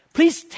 Please